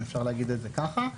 אם אפשר לומר את זה כך.